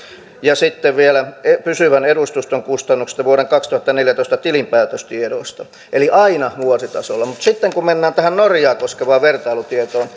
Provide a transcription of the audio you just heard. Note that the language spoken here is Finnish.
ja sitten vielä pysyvän edustuston kustannuksissa vuoden kaksituhattaneljätoista tilinpäätöstiedoista eli aina vuositasolla mutta sitten kun mennään tähän norjaa koskevaan vertailutietoon